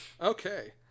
Okay